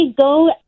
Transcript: go